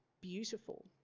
beautiful